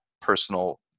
personal